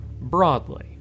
broadly